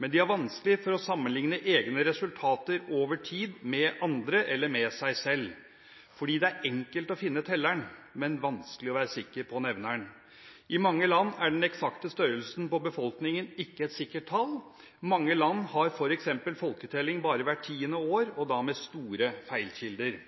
Men de har vanskelig for å sammenligne egne resultater over tid med andre eller med seg selv, fordi det er enkelt å finne telleren, men vanskelig å være sikker på nevneren. I mange land er den eksakte størrelsen på befolkningen ikke et sikkert tall. Mange land har f.eks. folketelling bare hvert tiende år og da med store feilkilder.